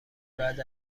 بعد